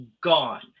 gone